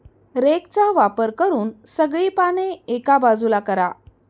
रेकचा वापर करून सगळी पाने एका बाजूला करा